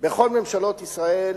בכל ממשלות ישראל